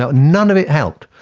ah none of it helped,